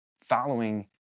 following